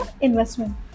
investment